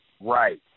Right